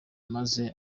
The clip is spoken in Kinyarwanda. amaze